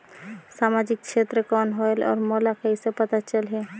समाजिक क्षेत्र कौन होएल? और मोला कइसे पता चलही?